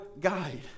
guide